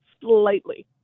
slightly